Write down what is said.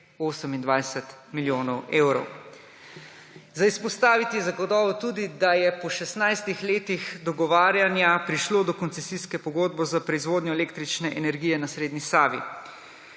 28 milijonov evrov. Izpostaviti je zagotovo tudi, da je po 16 letih dogovarjanja prišlo do koncesijske pogodbe za proizvodnjo električne energije na srednji Savi.